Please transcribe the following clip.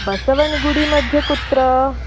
बसवनगुडी मध्ये कुत्र